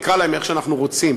נקרא להם איך שאנחנו רוצים.